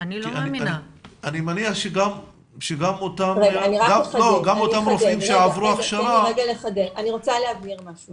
אני מניח שגם אותם רופאים שעברו הכשרה --- אני רוצה להבהיר משהו.